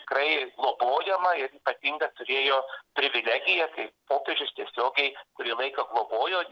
tikrai globojama ir ypatingą turėjo privilegiją kai popiežius tiesiogiai kurį laiką globojo